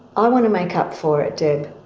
i want to make up for it, deb.